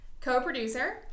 co-producer